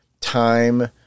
time